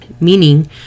Meaning